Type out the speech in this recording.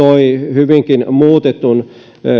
hyvinkin muutetun